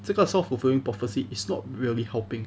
这个 self fulfilling prophecy is not really helping